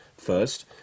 First